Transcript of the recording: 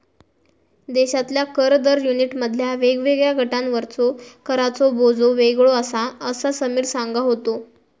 देशातल्या कर दर युनिटमधल्या वेगवेगळ्या गटांवरचो कराचो बोजो वेगळो आसा, असा समीर सांगा होतो